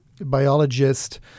biologist